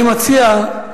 אני מציע,